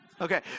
Okay